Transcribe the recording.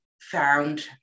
found